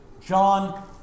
John